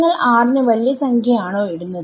നിങ്ങൾ r ന് വലിയ സംഖ്യ ആണോ ഇടുന്നത്